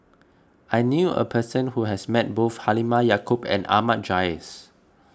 I knew a person who has met both Halimah Yacob and Ahmad Jais